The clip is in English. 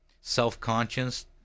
self-conscious